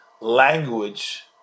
language